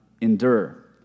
endure